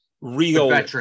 real